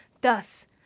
Thus